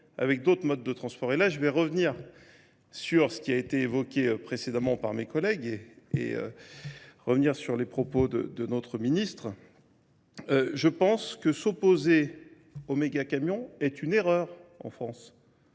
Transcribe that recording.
avec d'autres modes de transport. Et là, je vais revenir sur ce qui a été évoqué précédemment par mes collègues et revenir sur les propos de notre ministre. Je pense que s'opposer au mégacamion est une erreur en France.